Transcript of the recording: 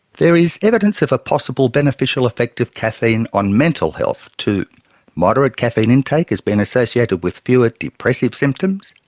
there is evidence of a possible beneficial effect of caffeine on mental health too moderate caffeine intake has been associated with fewer depressive symptoms,